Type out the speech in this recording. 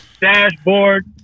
dashboard